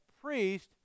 priest